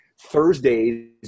Thursdays